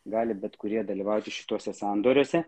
gali bet kurie dalyvauti šituose sandoriuose